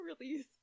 Release